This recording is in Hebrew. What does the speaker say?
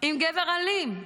עם גבר אלים?